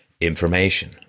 information